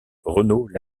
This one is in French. renault